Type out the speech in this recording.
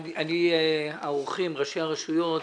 האורחים, ראשי הרשויות,